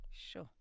sure